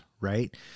right